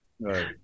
Right